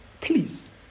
please